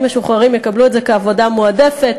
משוחררים יקבלו את זה כעבודה מועדפת.